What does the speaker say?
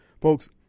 Folks